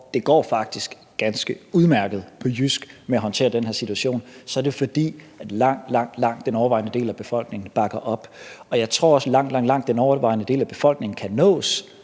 og det går faktisk ganske udmærket, på jysk, med at håndtere den her situation – så er det, fordi langt, langt den overvejende del af befolkningen bakker op. Jeg tror også, at langt, langt den overvejende del af befolkningen kan nås